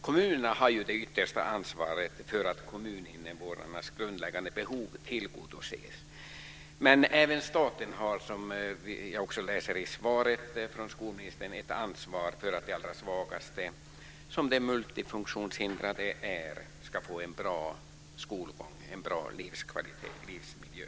Kommunerna har det yttersta ansvaret för att kommuninvånarnas grundläggande behov tillgodoses, men även staten har - som också kan läsas om i det skriftliga svaret från skolministern - ett ansvar för att de allra svagaste, som de multifunktionshindrade är, ska få en bra skolgång samt bra livskvalitet och livsmiljö.